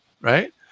Right